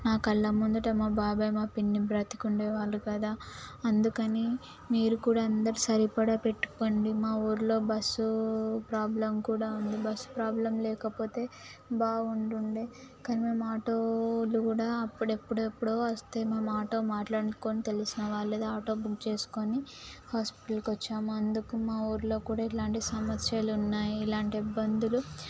మా కళ్ళ ముందుర మా బాబాయ్ మా పిన్ని బ్రతికి ఉండేవాళ్ళు కదా అందుకని మీరు కూడా అందరు సరిపడ పెట్టుకోండి మా ఊరిలో బస్సు ప్రాబ్లం కూడా ఉంది బస్సు ప్రాబ్లం లేకపోతే బాగుంటుండే కానీ మేము ఆటోలు కూడా అప్పుడు ఎప్పుడు ఎప్పుడో వస్తాయి మేము ఆటో మాట్లాడుకుని తెలిసిన వాళ్ళది ఆటో బుక్ చేసుకుని హాస్పిటల్కి వచ్చాము అందుకు మా ఊరిలో కూడా ఇలాంటి సమస్యలు ఉన్నాయి ఇలాంటి ఇబ్బందులు